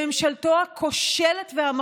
התחלואה שם הכי גבוהה, והם